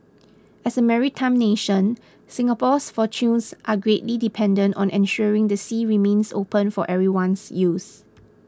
as a maritime nation Singapore's fortunes are greatly dependent on ensuring the sea remains open for everyone's use